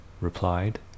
replied